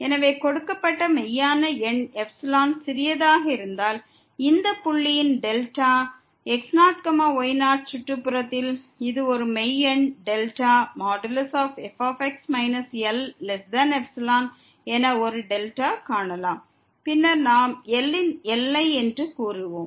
எனவே கொடுக்கப்பட்ட மெய்யான எண்ணுக்கு எப்சிலோன் சிறியதாக இருந்தால் இந்த புள்ளியின் δ x0 y0 சுற்றுப்புறத்தில் இது ஒரு மெய் எண் δ fx Lϵ பின்னர் நாம் Lஐ எல்லை என்று கூறுவோம்